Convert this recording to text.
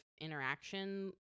interaction